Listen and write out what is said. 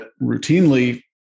routinely